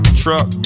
truck